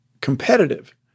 competitive